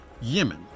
Yemen